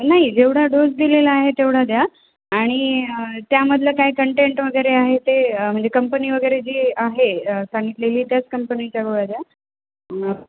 नाही जेवढा डोस दिलेला आहे तेवढा द्या आणि त्यामधलं काय कंटेंट वगैरे आहे ते म्हणजे कंपनी वगैरे जी आहे सांगितलेली त्याच कंपनीच्या गोळ्या द्या